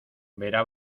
verá